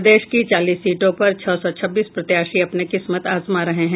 प्रदेश की चालीस सीटों पर छह सौ छब्बीस प्रत्याशी अपने किस्मत आजमा रहे हैं